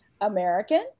American